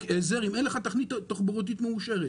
עזר אם אין לך תוכנית תחבורתית מאושרת.